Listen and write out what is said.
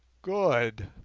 good!